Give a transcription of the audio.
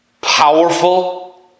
powerful